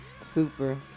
Super